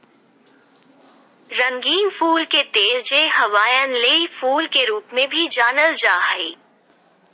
रंगीन फूल के तेल, जे हवाईयन लेई फूल के रूप में भी जानल जा हइ